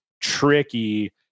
tricky